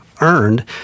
earned